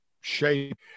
shape